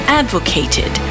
advocated